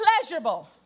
pleasurable